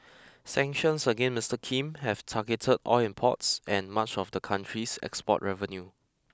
sanctions against Mister Kim have targeted oil imports and much of the country's export revenue